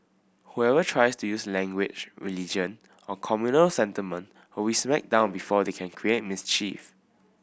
whoever tries to use language religion or communal sentiment will be smacked down before they can create mischief